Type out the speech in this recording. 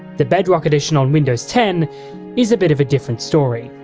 the bedrock edition on windows ten is a bit of a different story.